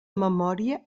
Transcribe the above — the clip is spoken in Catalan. memòria